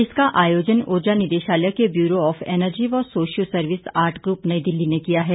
इसका आयोजन ऊर्जा निदेशालय के ब्यूरो ऑफ एनर्जी व socio service art group New Delhi ने किया है